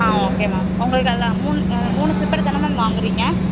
ஆ okay ma'am உங்களுக்கு அதில் மூணு மூணு ஸ்லிப்பர் தானே மேம் வாங்குகிறீங்க